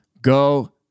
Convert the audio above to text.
go